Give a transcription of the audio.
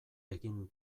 egin